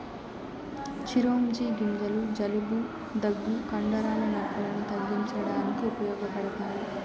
చిరోంజి గింజలు జలుబు, దగ్గు, కండరాల నొప్పులను తగ్గించడానికి ఉపయోగపడతాయి